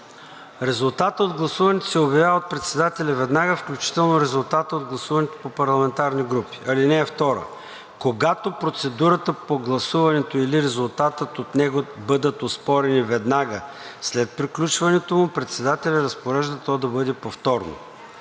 Резултатът от гласуването се обявява от председателя веднага, включително резултатът от гласуването по парламентарни групи. (2) Когато процедурата по гласуването или резултатът от него бъдат оспорени веднага след приключването му, председателят разпорежда то да бъде повторно.“